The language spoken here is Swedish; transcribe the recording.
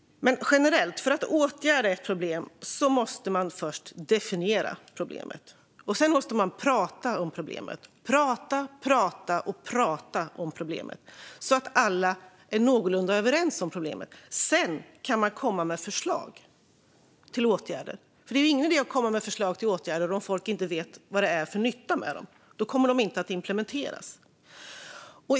Generellt måste man först definiera ett problem för att åtgärda det. Sedan måste man prata och prata om problemet så att alla är någorlunda överens om det, och därefter kan man komma med förslag till åtgärder. Det är ingen idé att komma med förslag om folk inte vet vad det är för nytta med dem. Då kommer förslagen inte att implementeras.